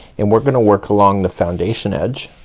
and we're gonna work along the foundation edge.